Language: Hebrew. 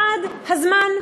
1. הזמן,